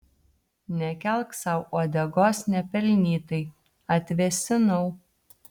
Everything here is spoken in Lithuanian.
nekelk sau uodegos nepelnytai atvėsinau